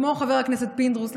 כמו חבר הכנסת פינדרוס,